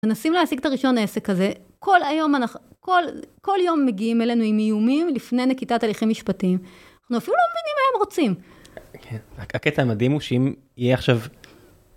מנסים להשיג את הראשון העסק הזה, כל יום מגיעים אלינו עם איומים לפני נקיטת הליכים משפטיים. אנחנו אפילו לא מבינים מה הם רוצים. הקטע המדהים הוא שאם יהיה עכשיו...